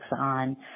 on